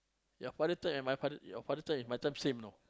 your father time and my father your father time and my time same you know